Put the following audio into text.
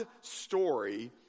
story